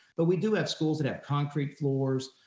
but we do have schools that have concrete floors,